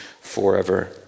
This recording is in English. forever